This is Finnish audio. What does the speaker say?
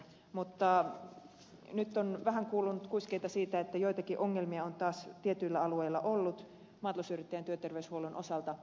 mutta nyt on vähän kuulunut kuiskeita siitä että joitakin ongelmia on taas tietyillä alueilla ollut maatalousyrittäjien työterveyshuollon osalta